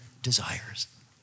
desires